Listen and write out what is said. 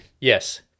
Yes